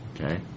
Okay